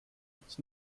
its